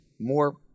more